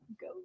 go